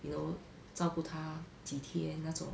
you know 照顾她几天那种